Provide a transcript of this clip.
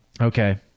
Okay